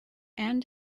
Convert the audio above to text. and